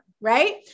right